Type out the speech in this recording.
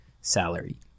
salary